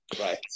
right